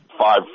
five